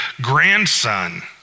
grandson